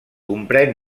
comprèn